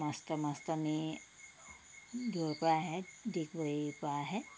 master মাষ্টৰ্নী দূৰৰ পৰা আহে ডিগবৈ পৰা আহে